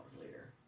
later